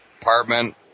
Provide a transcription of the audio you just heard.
apartment